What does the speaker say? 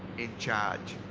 in charge.